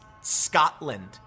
Scotland